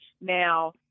Now